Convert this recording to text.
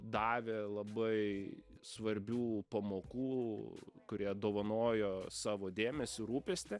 davė labai svarbių pamokų kurie dovanojo savo dėmesį rūpestį